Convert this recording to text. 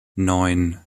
neun